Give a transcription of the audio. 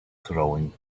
throwing